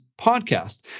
podcast